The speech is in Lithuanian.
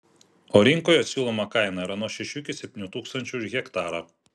o rinkoje siūloma kaina yra nuo šešių iki septynių tūkstančių už hektarą